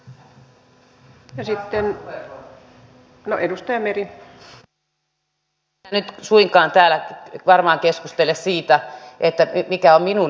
niin en minä nyt suinkaan täällä varmaan keskustele siitä mikä on minun arvomaailmani